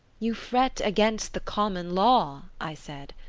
you fret against the common law i said.